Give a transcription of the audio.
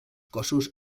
cossos